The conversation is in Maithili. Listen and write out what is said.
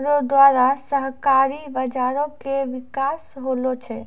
रो द्वारा सहकारी बाजारो के बिकास होलो छै